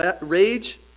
rage